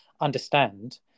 understand